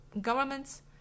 governments